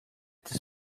this